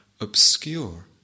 obscure